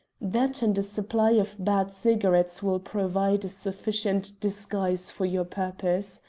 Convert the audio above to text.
that, and a supply of bad cigarettes, will provide a sufficient disguise for your purpose.